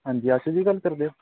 ਹਾਂਜੀ ਆਸ਼ੂ ਜੀ ਗੱਲ ਕਰਦੇ ਹੋ